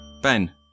Ben